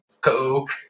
coke